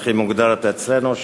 כך היא מוגדרת אצלנו,